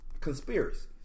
Conspiracies